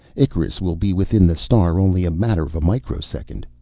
icarus will be within the star only a matter of a microsecond.